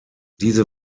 diese